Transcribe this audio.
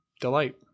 delight